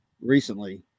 recently